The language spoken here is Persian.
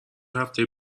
هفته